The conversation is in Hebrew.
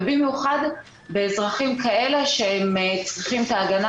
ובמיוחד על אזרחים כאלה שצריכים את ההגנה